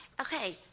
Okay